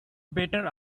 better